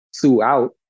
throughout